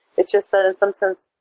it's just that in some sense,